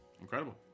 Incredible